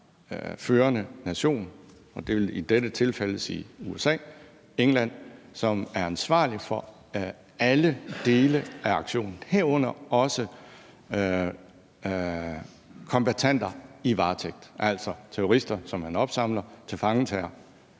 førende nation, og det vil i dette tilfælde sige USA og England, som er ansvarlig for alle dele af aktionen, herunder også kombattanter i varetægt, altså terrorister, som man opsamler og tilfangetager.